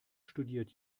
studiert